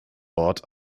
ort